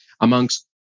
amongst